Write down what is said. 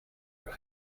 your